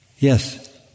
Yes